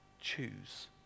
choose